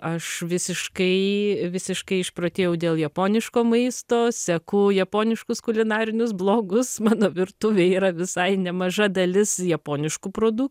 aš visiškai visiškai išprotėjau dėl japoniško maisto seku japoniškus kulinarinius blogus mano virtuvėj yra visai nemaža dalis japoniškų produk